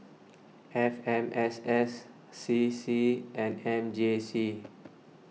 F M S S C C and M J C